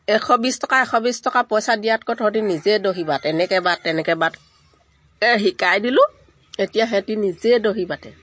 এশ বিছ টকা এশ বিছ টকা পইচা দিয়াতকৈ তহঁতে নিজে দহি বাত এনেকৈ বাত তেনেকৈ বাত শিকাই দিলোঁ এতিয়া সিহঁতে নিজে দহি বাতে